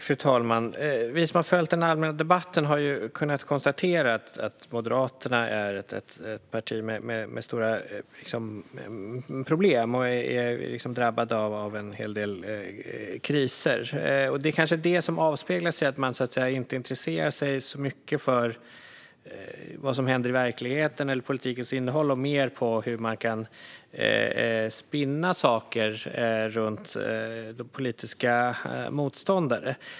Fru talman! Vi som har följt den allmänna debatten har kunnat konstatera att Moderaterna är ett parti med stora problem. Det är ett parti som är drabbat av en hel del kriser. Det kanske är det som avspeglas i att man inte intresserar sig så mycket för vad som händer i verkligheten eller för politikens innehåll. Man intresserar sig mer för hur man kan spinna saker runt politiska motståndare.